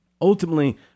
ultimately